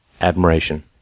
admiration